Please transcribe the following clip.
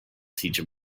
teach